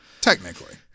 Technically